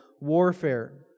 warfare